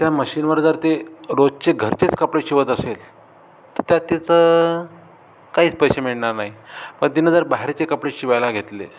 त्या मशीनवर जर ते रोजचे घरचेच कपडे शिवत असेल तर त्यात तिचं काहीच पैसे मिळणार नाही पण तिनं जर बाहेरचे कपडे शिवायला घेतले